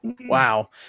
Wow